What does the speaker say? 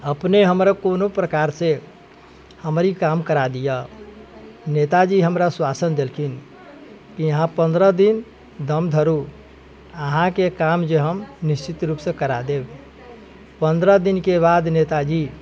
अपने हमर कोनो प्रकारसँ हमर ई काम करा दिअ नेताजी हमरा आश्वासन देलखिन कि अहाँ पन्द्रह दिन दम धरू अहाँके काम जे हम निश्चित रूपसँ करा देब पन्द्रह दिनके बाद नेताजी